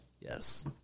Yes